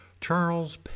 Charles